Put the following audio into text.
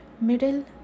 middle